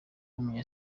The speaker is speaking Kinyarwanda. w’umunya